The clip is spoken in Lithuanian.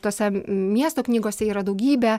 tose miesto knygose yra daugybė